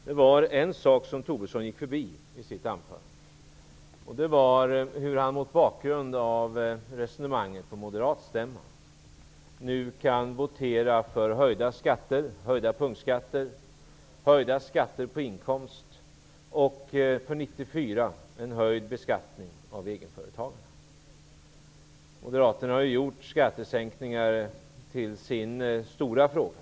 Det var en sak som Lars Tobisson gick förbi i sitt anförande. Det var hur han mot bakgrund av resonemanget på moderatstämman nu kan votera för höjda punktskatter, höjda skatter på inkomster och en höjd beskattning av egenföretagarna 1994. Moderaterna har ju gjort skattesänkningar till sin stora fråga.